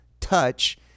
touch